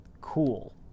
cool